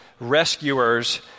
rescuers